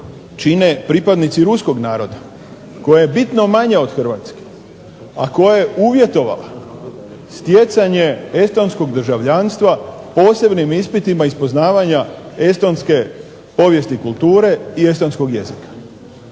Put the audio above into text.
čine pripadnici ruskog naroda koja je bitno manja od Hrvatske, a koja je uvjetovala stjecanje estonskog državljanstva posebnim ispitima iz poznavanja estonske povijesti i kulture i estonskog jezika.